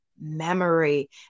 Memory